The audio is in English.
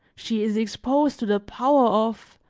she is exposed to the power of,